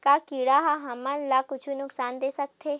का कीट ह हमन ला कुछु नुकसान दे सकत हे?